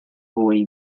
fwy